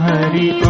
Hari